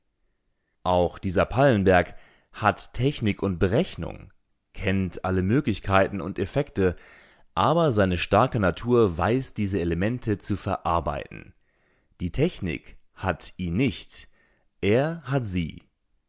auch dieser pallenberg hat technik und berechnung kennt alle möglichkeiten und effekte aber seine starke natur weiß diese elemente zu verarbeiten die technik hat ihn nicht er hat sie